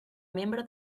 membre